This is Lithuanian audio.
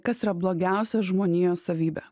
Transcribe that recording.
kas yra blogiausia žmonijos savybė